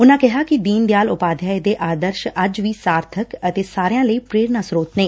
ਉਨਾਂ ਕਿਹਾ ਕਿ ਦੀਨ ਦਿਆਲ ਉਪਾਧਿਆਏ ਦੇ ਆਦਰਸ਼ ਅੱਜ ਵੀ ਸਾਰਬਕ ਅਤੇ ਸਾਰਿਆਂ ਲਈ ਪ੍ਰੇਰਣਾ ਸਰੋਤ ਨੇ